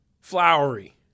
flowery